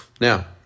Now